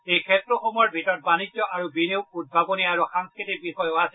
এই ক্ষেত্ৰসমূহৰ ভিতৰত বাণিজ্য আৰু বিনিয়োগ উদ্ভাৱনী আৰু সাংস্থতিক বিষয়ো আছে